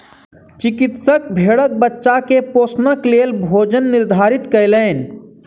चिकित्सक भेड़क बच्चा के पोषणक लेल भोजन निर्धारित कयलैन